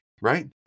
right